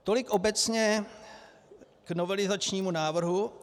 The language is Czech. Tolik obecně k novelizačnímu návrhu.